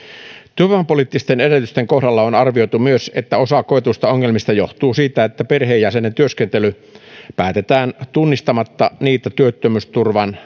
työvoimapoliittisten edellytysten kohdalla on arvioitu myös että osa koetuista ongelmista johtuu siitä että perheenjäsenen työskentely päätetään tunnistamatta niitä työttömyysturvan